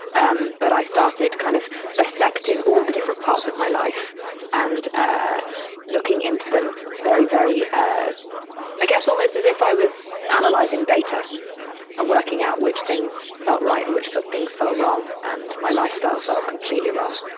um but i started kind of disecting all the different parts of my life and ah looking into them very, very. ah i guess almost as if i was analyzing data and working out which things felt right in which things felt wrong and my lifestyle felt completely wrong.